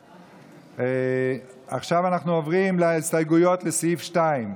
אנחנו עוברים להסתייגויות לסעיף 2,